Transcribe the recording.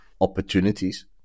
opportunities